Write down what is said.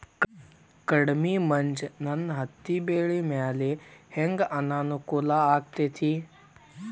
ಕಡಮಿ ಮಂಜ್ ನನ್ ಹತ್ತಿಬೆಳಿ ಮ್ಯಾಲೆ ಹೆಂಗ್ ಅನಾನುಕೂಲ ಆಗ್ತೆತಿ?